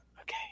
Okay